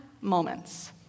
moments